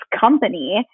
company